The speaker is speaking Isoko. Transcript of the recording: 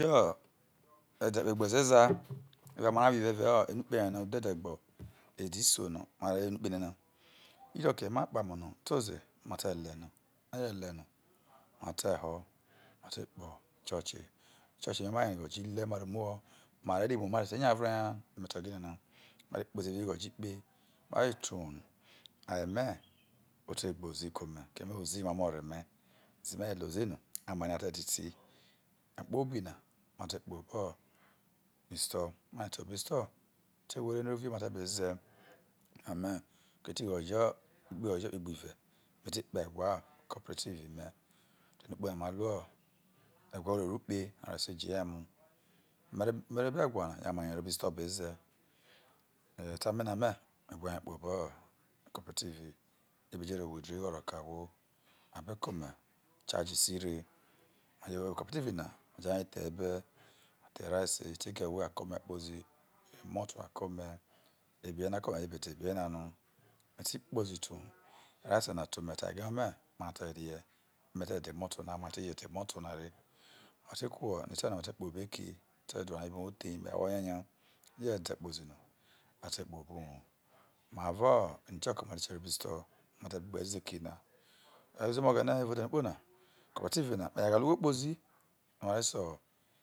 E ho ede kpegbezeza evao amara avo ive enu kpe naba udhede gbo ede iso na oro enukpe na inoke ma kpama no uto ze mate le no ma jele no ma jele no ma te ho ma te kpoho icho che ichoche mal ighojo ihre ma re muho mare re re emu ma tete hya vre ha mate be nya mare kpozi evao ighojo ikpe ma jete uwou no aye me ote gbeozi ke ome ozi emamo ore me me lo ozi no ai omara a teda itimai kpobina mate kpobri isto mate hwere jr rovie no ma te be ze me kpoho egwae co operative mer egwane no ma gba ho egwae urere ukpe no are se agm me merro obo egwae na omara a arro obo isto bezae termina me me wha rie kpobo co-operative no me be jo witjdraw ugho ke ashowo yo a beke ome charges re evao eghoae co-orperative na a jarie the be rice take away aro ke ome kpo zi malta a ke ome bieno ake ome me da bie nanai meti kpozi te awoo nice na te ome te aye me ma te gbe ne me te da malt na no mate ku ugho ha wha kpobo eki mate de eware no mare ro the ebe me worie nya oje de kpozi no mate kpobo uwou me avo eno ikio ko ma te kpobo isto ma te be gbe ze ekina evao uzeme oghene evao ode no ukpona co opera tive me ghale ugho kpozi.